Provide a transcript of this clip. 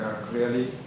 clearly